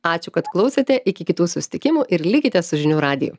ačiū kad klausėte iki kitų susitikimų ir likite su žinių radiju